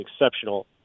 exceptional